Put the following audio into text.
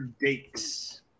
dates